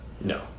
No